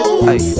Hey